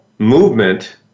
Movement